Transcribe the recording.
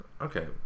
Okay